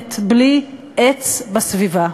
ומלט בלי עץ בסביבה.